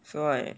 so I